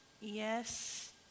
Yes